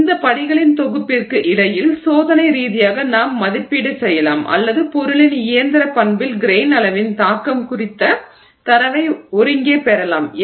எனவே இந்த படிகளின் தொகுப்பிற்கு இடையில் சோதனை ரீதியாக நாம் மதிப்பீடு செய்யலாம் அல்லது பொருளின் இயந்திரப் பண்பில் கிரெய்ன் அளவின் தாக்கம் குறித்த தரவை ஒருங்கே பெறலாம்